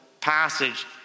passage